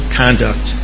conduct